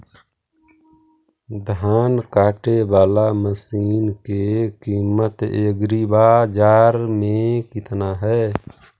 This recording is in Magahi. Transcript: धान काटे बाला मशिन के किमत एग्रीबाजार मे कितना है?